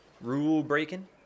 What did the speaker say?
rule-breaking